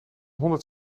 honderd